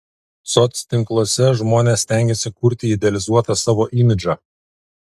soctinkluose žmonės stengiasi kurti idealizuotą savo imidžą